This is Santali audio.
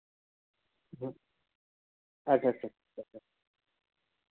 ᱦᱮᱸ ᱟᱪᱪᱷᱟ ᱟᱪᱪᱷᱟ